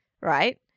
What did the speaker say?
right